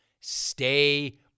Stay